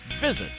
Visit